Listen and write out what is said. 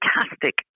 fantastic